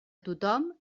tothom